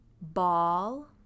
ball